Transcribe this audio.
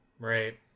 Right